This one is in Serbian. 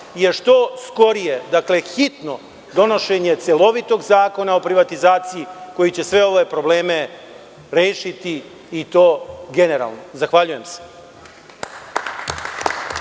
je što skorije, odnosno hitno donošenje celovitog zakona o privatizaciji koji će sve ove probleme rešiti i to generalno. Zahvaljujem se.